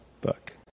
book